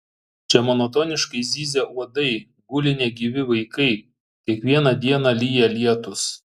čia monotoniškai zyzia uodai guli negyvi vaikai kiekvieną dieną lyja lietūs